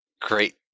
great